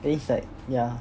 then it's like yeah